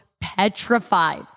petrified